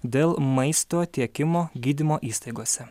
dėl maisto tiekimo gydymo įstaigose